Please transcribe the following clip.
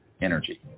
energy